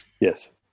Yes